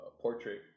Portrait